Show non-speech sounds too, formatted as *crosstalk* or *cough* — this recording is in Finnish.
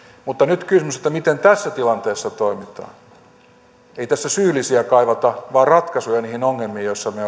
mutta nyt kysymys siitä miten tässä tilanteessa toimitaan ei tässä syyllisiä kaivata vaan ratkaisuja niihin ongelmiin joissa me *unintelligible*